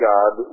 God